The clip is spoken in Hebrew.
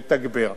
נְתגבר,